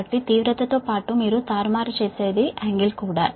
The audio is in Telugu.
కాబట్టి మాగ్నిట్యూడ్ తో పాటు మీరు అటు ఇటు చేసేది కోణం కూడా